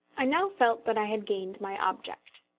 i now felt that i had gained my object.